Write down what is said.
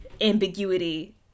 ambiguity